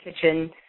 kitchen